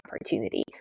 opportunity